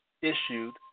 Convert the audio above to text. issued